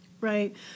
Right